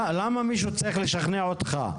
למה מישהו צריך לשכנע אותך?